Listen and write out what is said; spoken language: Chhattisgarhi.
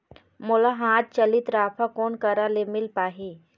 मोला हाथ चलित राफा कोन करा ले मिल पाही?